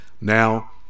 Now